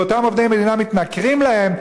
ואותם עובדי מדינה מתנכרים להם,